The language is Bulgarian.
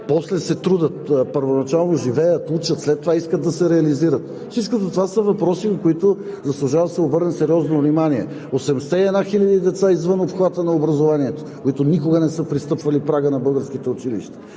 после се трудят, първоначално живеят, учат, след това искат да се реализират? Всичко това са въпроси, на които заслужава да се обърне сериозно внимание. 81 хиляди деца са извън обхвата на образованието и никога не са пристъпвали прага на българското училище.